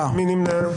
מי נמנע?